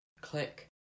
Click